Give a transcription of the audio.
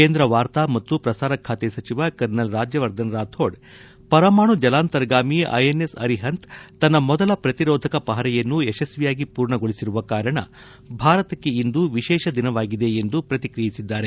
ಕೇಂದ್ರ ವಾರ್ತಾ ಮತ್ತು ಪ್ರಸಾರ ಸಚಿವ ಕರ್ನಲ್ ರಾಜ್ಯವರ್ಧನ ರಾಥೋಡ್ ಪರಮಾಣು ಜಲಂತರ್ಗಾಮಿ ಐಎನ್ಎಸ್ ಅರಿಹಂತ್ ತನ್ನ ಮೊದಲ ಪ್ರತಿರೋಧಕ ಪಹರೆಯನ್ನು ಯಶಸ್ವಿಯಾಗಿ ಪೂರ್ಣಗೊಳಿಸಿರುವ ಕಾರಣ ಭಾರತಕ್ಕೆ ಇಂದು ವಿಶೇಷ ದಿನವಾಗಿದೆ ಎಂದು ಪ್ರತಿಕ್ರಿಯಿಸಿದ್ದಾರೆ